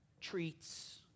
treats